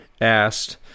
asked